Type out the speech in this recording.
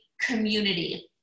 community